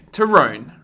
Tyrone